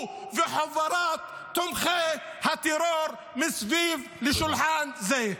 -- הוא וחבורת תומכי הטרור מסביב לשולחן זה.